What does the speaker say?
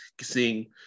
seeing